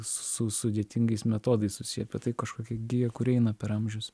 sudėtingais metodais susiję bet tai kažkokia gija kuri eina per amžius